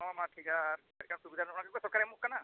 ᱦᱮᱸ ᱢᱟ ᱴᱷᱤᱠᱼᱟ ᱟᱨ ᱪᱮᱫ ᱞᱮᱠᱟᱱ ᱥᱩᱵᱤᱫᱷᱟ ᱜᱮᱛᱚ ᱥᱚᱨᱠᱟᱨᱮ ᱮᱢᱚᱜ ᱠᱟᱱᱟ